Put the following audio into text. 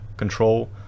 control